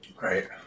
Right